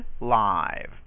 live